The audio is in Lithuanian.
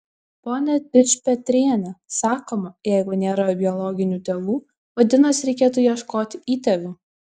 pone dičpetriene sakoma jeigu nėra biologinių tėvų vadinasi reikėtų ieškoti įtėvių